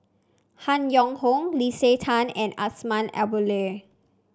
Han Yong Hong Leslie Tay and Azman Abdullah